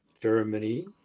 Germany